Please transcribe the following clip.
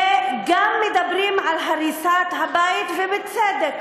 וגם מדברים על הריסת הבית, ובצדק,